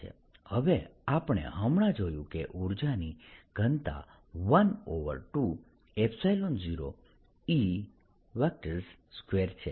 હવે આપણે હમણાં જોયું કે ઉર્જાની ઘનતા 120E2 છે